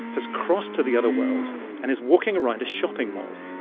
has crossed to the other world and is walking around a shopping mall